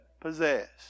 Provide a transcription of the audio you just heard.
possessed